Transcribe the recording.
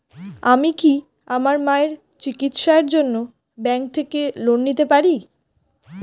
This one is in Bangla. আমি কি আমার মায়ের চিকিত্সায়ের জন্য ব্যঙ্ক থেকে লোন পেতে পারি?